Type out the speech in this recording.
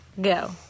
go